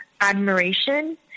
admiration